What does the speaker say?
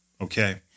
Okay